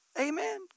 Amen